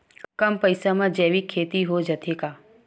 कम पईसा मा जैविक खेती हो जाथे का?